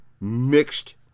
mixed